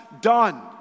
done